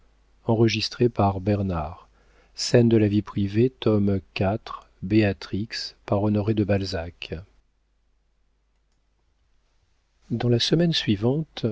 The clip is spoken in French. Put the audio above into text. scènes de la vie privée béatrix dernière partie dans la semaine suivante